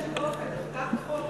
לא באיזשהו אופן,